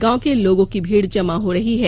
गांव के लोगों की भीड जमा हो रही है